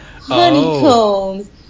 honeycombs